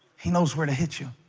he knows where to hit you